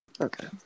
Okay